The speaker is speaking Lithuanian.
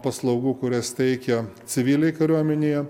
paslaugų kurias teikia civiliai kariuomenėje